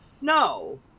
No